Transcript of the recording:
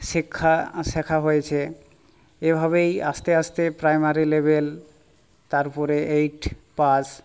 শিক্ষা শেখা হয়েছে এভাবেই আস্তে আস্তে প্রাইমারি লেবেল তারপরে এইট পাস